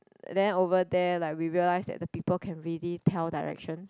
then over there like we realise that the people can really tell directions